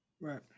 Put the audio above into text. Right